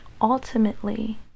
ultimately